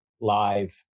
live